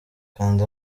kanda